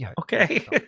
Okay